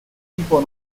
tipo